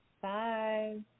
Bye